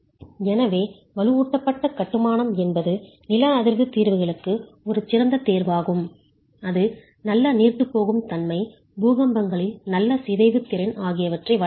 எனவே வலுவூட்டப்பட்ட கட்டுமான என்பது நில அதிர்வு தீர்வுகளுக்கு ஒரு சிறந்த தேர்வாகும் அது நல்ல நீர்த்துப்போகும் தன்மை பூகம்பங்களில் நல்ல சிதைவு திறன் ஆகியவற்றை வழங்குகிறது